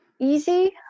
easy